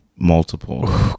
multiple